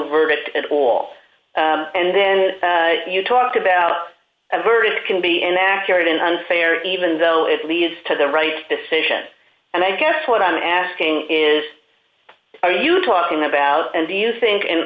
verdict at all and then you talk about a verdict can be inaccurate and unfair even though it leads to the right decision and i guess what i'm asking is are you talking about and do you think in